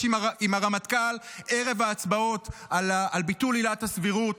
עם הרמטכ"ל ערב ההצבעות על ביטול עילת הסבירות,